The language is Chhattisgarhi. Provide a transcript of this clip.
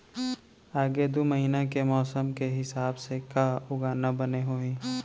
आगे दू महीना के मौसम के हिसाब से का उगाना बने होही?